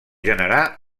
generar